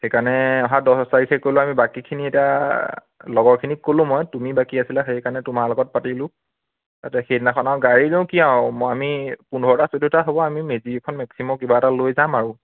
সেইকাৰণে অহা দহ তাৰিখে কৰিলোঁ আৰু বাকীখিনি এতিয়া লগৰখিনিক ক'লোঁ মই তুমি বাকী আছিলা সেইকাৰণে তোমাৰ লগত পাতিলোঁ এতিয়া সেইদিনাখন আৰু গাড়ীনো কিনো আৰু আমি পোন্ধৰটা চৈধ্যটা হ'ব আমি মেজিক এখন মেক্সিমো কিবা এখন লৈ যাম আৰু